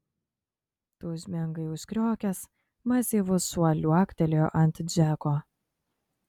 tūžmingai užkriokęs masyvus šuo liuoktelėjo ant džeko